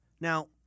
Now